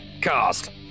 cast